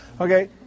Okay